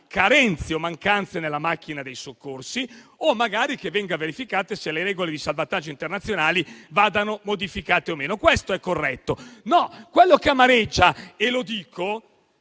carenze o mancanze nella macchina dei soccorsi o magari che venga verificato se le regole di salvataggio internazionali vadano modificate o meno. Questo è corretto. Ma quello che amareggia - e lo dico